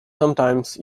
sometimes